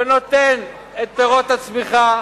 שנותן את פירות הצמיחה